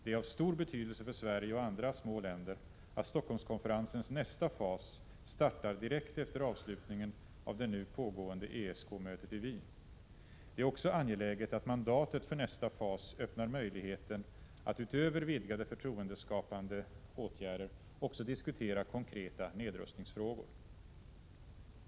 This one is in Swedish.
Det är av stor betydelse för Sverige och andra små länder att Stockholmskonferensens nästa fas startar direkt efter avslutningen av det nu pågående ESK-mötet i Wien. Det är också angeläget att mandatet för nästa fas öppnar möjligheten att utöver vidgade förtroendeskapande åtgärder också diskutera konkreta nedrustningsfrågor.